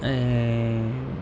ऐं